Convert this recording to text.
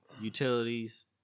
utilities